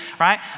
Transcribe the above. right